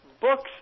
books